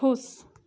खुश